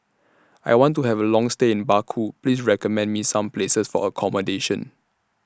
I want to Have A Long stay in Baku Please recommend Me Some Places For accommodation